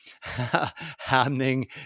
happening